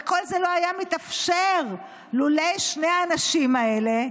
וכל זה לא היה מתאפשר לולא שני האנשים האלה,